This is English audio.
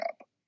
up